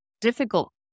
difficult